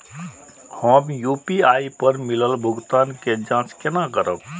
हम यू.पी.आई पर मिलल भुगतान के जाँच केना करब?